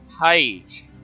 page